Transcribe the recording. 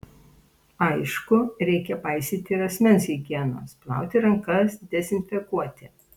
aišku reikia paisyti ir asmens higienos plauti rankas dezinfekuoti